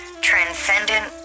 transcendent